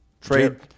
Trade